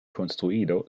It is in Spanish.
construido